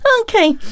okay